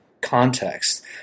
context